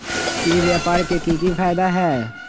ई व्यापार के की की फायदा है?